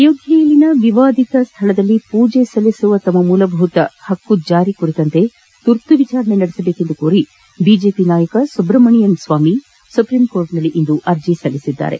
ಅಯೋಧ್ಯಲ್ಲಿನ ವಿವಾದಿತ ಸ್ಥಳದಲ್ಲಿ ಪೂಜೆ ಸಲ್ಲಿಸುವ ತಮ್ಮ ಮೂಲಭೂತ ಹಕ್ಕು ಜಾರಿ ಕುರಿತು ತುರ್ತು ವಿಚಾರಣೆ ನಡೆಸುವಂತೆ ಕೋರಿ ಬಿಜೆಪಿ ನಾಯಕ ಸುಬ್ರಮಣಿಯನ್ ಸ್ವಾಮಿ ಸುಪ್ರೀಂ ಕೋರ್ಟ್ ಇಂದು ಅರ್ಜಿ ಸಲ್ಲಿಸಿದ್ದಾರೆ